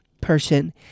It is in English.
person